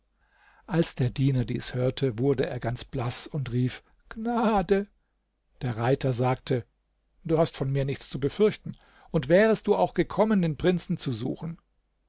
als der diener dies hörte wurde er ganz blaß und rief gnade der reiter sagte du hast von mir nichts zu fürchten und wärest du auch gekommen den prinzen zu suchen